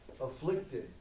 Afflicted